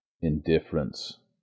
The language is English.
indifference